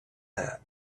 that